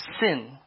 sin